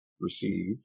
receive